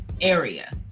area